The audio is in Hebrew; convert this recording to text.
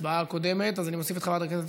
הצעת החוק התקבלה בקריאה ראשונה,